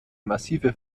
massive